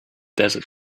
desert